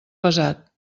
pesat